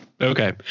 Okay